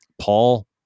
Paul